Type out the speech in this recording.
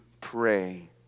pray